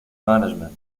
management